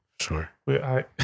Sure